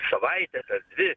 savaitę dvi